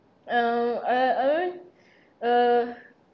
(um uh uh uh